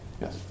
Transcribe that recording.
Yes